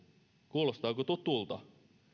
kuulostaako tutulta